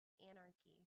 anarchy